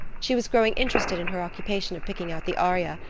she was growing interested in her occupation of picking out the aria,